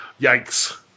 Yikes